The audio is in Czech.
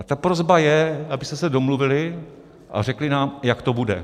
Ta prosba je, abyste se domluvili a řekli nám, jak to bude.